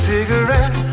Cigarette